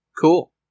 Cool